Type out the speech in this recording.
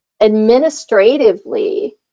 administratively